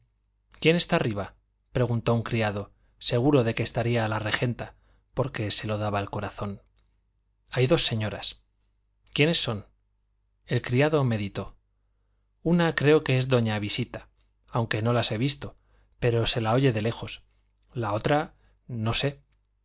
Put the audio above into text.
quién está arriba preguntó a un criado seguro de que estaría la regenta porque se lo daba el corazón hay dos señoras quiénes son el criado meditó una creo que es doña visita aunque no las he visto pero se la oye de lejos la otra no sé